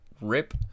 rip